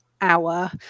hour